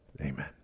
Amen